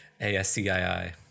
A-S-C-I-I